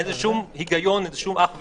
אין לזה שום היגיון, אין לזה שום אח ורע.